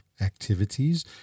activities